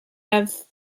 have